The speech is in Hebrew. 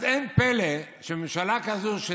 אז אין פלא שממשלה כזאת,